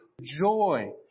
joy